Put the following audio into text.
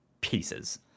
pieces